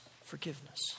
forgiveness